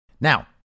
Now